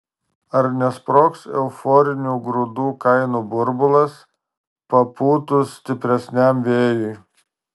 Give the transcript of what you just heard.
ar nesprogs euforinių grūdų kainų burbulas papūtus stipresniam vėjui